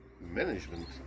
management